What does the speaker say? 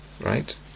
right